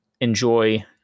enjoy